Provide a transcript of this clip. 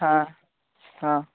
ಹಾಂ ಹಾ